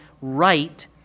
right